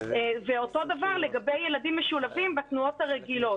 אותו דבר לגבי ילדים משולבים בתנועות הרגילות.